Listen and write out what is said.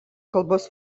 kalbos